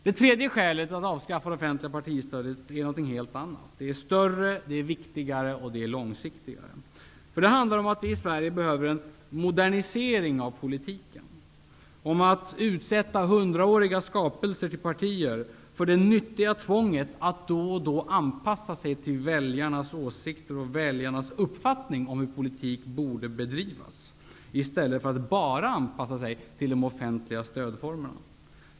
Det tredje skälet att avskaffa det offentliga partistödet gäller någonting helt annat, större, viktigare och långsiktigare. Det handlar om att vi i Sverige behöver en modernisering av politiken, om att utsätta hundraåriga skapelser till partier för det nyttiga tvånget att då och då anpassa sig till väljarnas åsikter och väljarnas uppfattning om hur politiken borde bedrivas, i stället för att bara anpassa sig till de offentliga stödformerna.